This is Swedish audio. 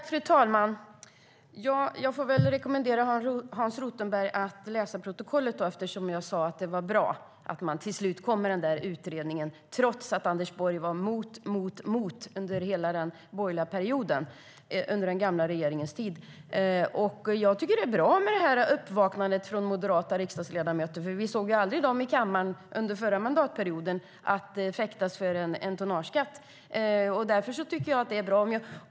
Fru talman! Jag rekommenderar Hans Rothenberg att läsa protokollet. Jag sa att det var bra att man till slut kom med en utredning trots att Anders Borg var emot, emot och emot under hela den borgerliga perioden, under den förra regeringens tid. Jag tycker att de moderata riksdagsledamöternas uppvaknande är bra. Vi såg dem aldrig fäktas för en tonnageskatt i kammaren under den förra mandatperioden.